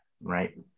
right